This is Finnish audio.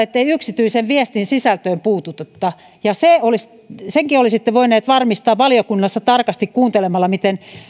ettei yksityisen viestin sisältöön puututa senkin olisitte voineet varmistaa valiokunnassa tarkasti kuuntelemalla miten